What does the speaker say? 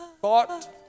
thought